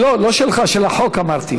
לא שלך, של החוק, אמרתי.